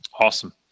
Awesome